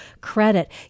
credit